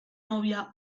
novia